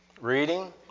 Reading